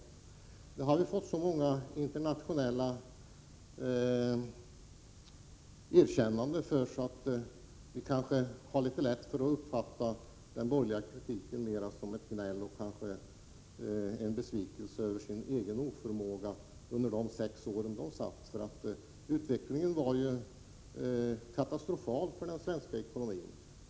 För detta har vi fått så många internationella erkännanden att vi lätt uppfattar den borgerliga kritiken mest som gnäll och uttryck för besvikelse över den egna oförmågan under de sex år när man hade makten. Utvecklingen var ju då katastrofal för den svenska ekonomin.